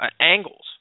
angles